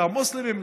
למוסלמים,